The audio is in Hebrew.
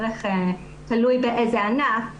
תלוי באיזה ענף,